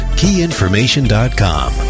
keyinformation.com